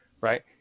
right